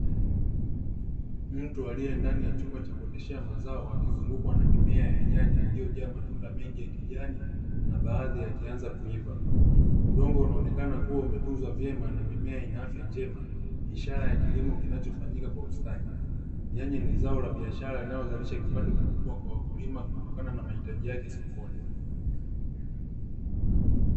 Mtu aliye ndani ya chumba cha kuoteshea mazao akizungukwa na mimea ya nyanya iliyojaa matunda mengi ya kijani, na baadhi yakianza kuiva. Udongo unaonekana kuwa umetunzwa vyema na mimea ina afya njema, ishara ya kilimo kinachofanyika kwa ustadi. Nyanya ni zao la biashara linalozalisha kipato kikubwa kwa wakulima kutokana na mahitaji yake sokoni.